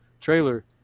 trailer